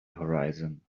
horizon